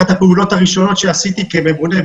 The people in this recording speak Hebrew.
אחת הפעולות הראשונות שעשיתי כממונה,